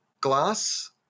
glass